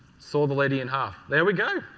saw the lady in half. there we go.